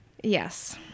Yes